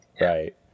right